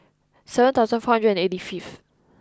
seven thousand four hundred and eighty fifth